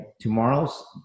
Tomorrow's